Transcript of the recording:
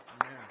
amen